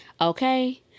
Okay